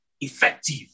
effective